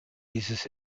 dieses